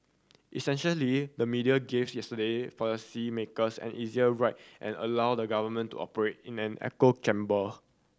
essentially the media gave yesterday policy makers an easier ride and allowed the government to operate in an echo chamber